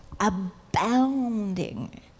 Abounding